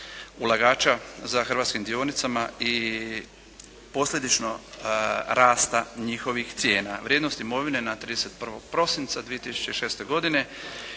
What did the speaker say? ulagača za hrvatskim dionicama i posljedično rasta njihovih cijena. Vrijednost imovine na 31. prosinca 2006. godine